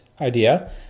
idea